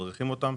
מדריכים אותם,